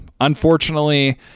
Unfortunately